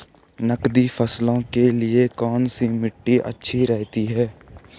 नकदी फसलों के लिए कौन सी मिट्टी अच्छी रहती है?